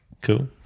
Cool